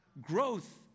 Growth